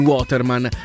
Waterman